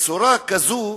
בצורה כזו,